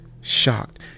Shocked